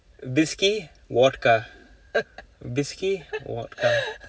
whisky vodka whisky vodka